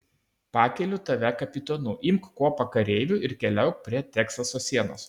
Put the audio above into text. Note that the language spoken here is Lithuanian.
pakeliu tave kapitonu imk kuopą kareivių ir keliauk prie teksaso sienos